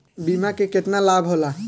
बीमा के केतना लाभ होला?